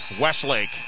Westlake